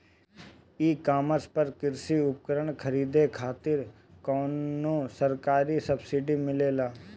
ई कॉमर्स पर कृषी उपकरण खरीदे खातिर कउनो सरकारी सब्सीडी मिलेला?